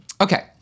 Okay